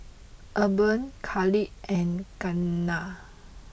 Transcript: Urban Khalid and Keanna